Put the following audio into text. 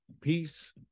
Peace